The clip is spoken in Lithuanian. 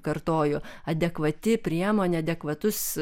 kartoju adekvati priemonė adekvatus